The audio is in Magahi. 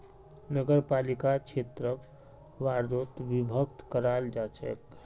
नगरपालिका क्षेत्रक वार्डोत विभक्त कराल जा छेक